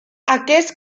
aquest